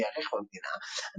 שייערך במדינה,